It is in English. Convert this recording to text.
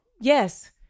yes